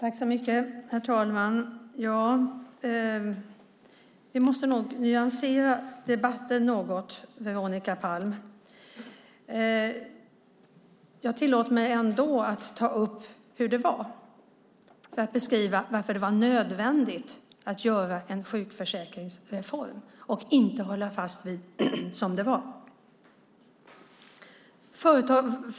Herr talman! Vi måste nog nyansera debatten något, Veronica Palm. Jag tillåter mig ändå att ta upp hur det var och beskriva varför det var nödvändigt att göra en sjukförsäkringsreform och inte hålla fast vid det som var.